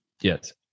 Yes